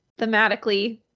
thematically